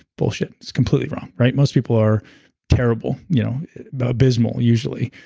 bullshit, it's completely wrong, right? most people are terrible, you know ah abysmal usually.